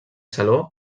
saló